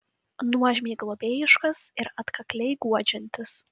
nuožmiai globėjiškas ir atkakliai guodžiantis